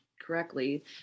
correctly